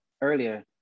earlier